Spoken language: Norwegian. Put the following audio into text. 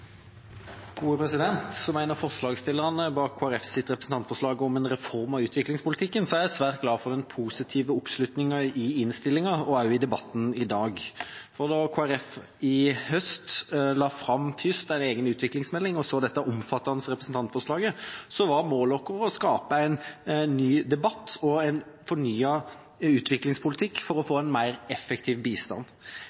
Som en av forslagsstillerne bak Kristelig Folkepartis representantforslag om en reform av utviklingspolitikken er jeg svært glad for den positive oppslutningen i innstillinga og også i debatten i dag. Da Kristelig Folkeparti sist høst først la fram en egen utviklingsmelding og så dette omfattende representantforslaget, var målet vårt å skape en ny debatt og en fornyet utviklingspolitikk for å få